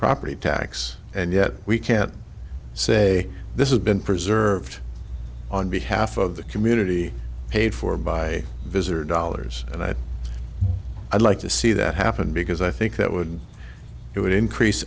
property tax and yet we can't say this is been preserved on behalf of the community paid for by visitor dollars and i'd like to see that happen because i think that would i